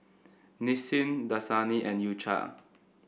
Nissin Dasani and U Cha